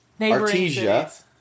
Artesia